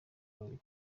babiri